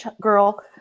girl